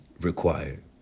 required